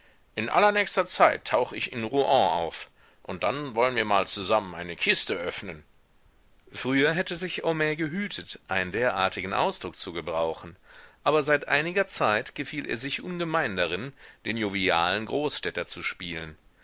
in allernächster zeit tauch ich in rouen auf und dann wollen wir mal zusammen eine kiste öffnen früher hätte sich homais gehütet einen derartigen ausdruck zu gebrauchen aber seit einiger zeit gefiel er sich ungemein darin den jovialen großstädter zu spielen